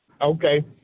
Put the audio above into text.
okay